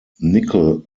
nickel